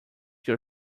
your